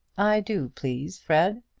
i do please, fred.